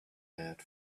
had